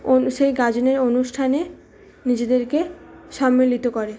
ও সেই গাজনের অনুষ্ঠানে নিজেদেরকে সম্মিলিত করে